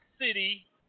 City